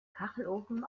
kachelofen